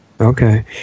Okay